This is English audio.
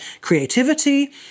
creativity